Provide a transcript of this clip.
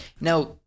Now